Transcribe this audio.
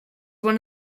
one